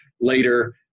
later